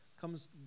comes